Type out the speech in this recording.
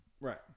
Right